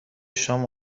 شام